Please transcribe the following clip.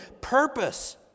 purpose